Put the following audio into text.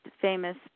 famous